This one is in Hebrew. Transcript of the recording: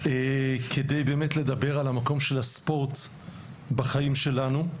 כדי באמת לדבר על המקום של הספורט בחיים שלנו.